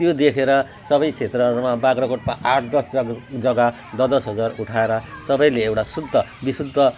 त्यो देखेर सबै क्षेत्रहरूमा बाग्रोकोटको आठ दस जगा जगा दस दस हजार उठाएर सबैले एउटा शुद्ध विशुद्ध